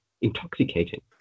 intoxicating